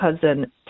cousin